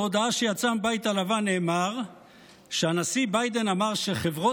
בהודעה שיצאה מהבית הלבן נאמר שהנשיא ביידן אמר שחברות